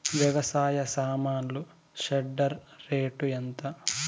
వ్యవసాయ సామాన్లు shredder rate ఎంత?